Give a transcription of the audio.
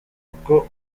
uko